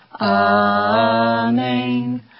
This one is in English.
Amen